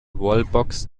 wallbox